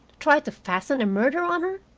try to fasten a murder on her?